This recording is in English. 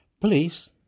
Please